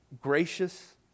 gracious